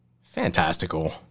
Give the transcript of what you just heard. Fantastical